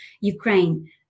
Ukraine